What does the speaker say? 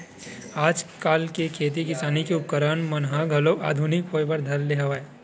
आजकल के खेती किसानी के उपकरन मन ह घलो आधुनिकी होय बर धर ले हवय